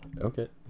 Okay